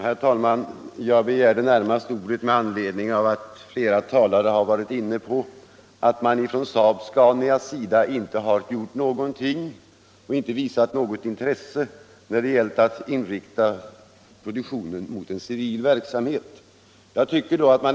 Herr talman! Jag begärde ordet närmast med anledning av att flera talare har antytt att SAAB-SCANIA inte har gjort någonting och inte visat något intresse när det gällt att inrikta produktionen mot en civil verksamhet.